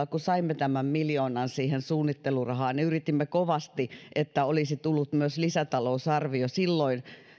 kun saimme tämän miljoonan siihen suunnittelurahaa yritimme kovasti että olisi myös lisätalousarvio silloin